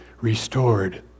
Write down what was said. restored